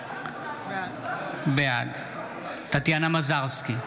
בעד טטיאנה מזרסקי,